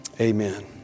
amen